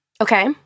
Okay